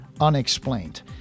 unexplained